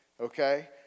Okay